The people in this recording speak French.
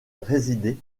résider